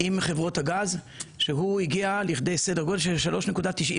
עם חברות הגז, שהגיע לכדי סדר גודל של 3.95